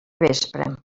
vespre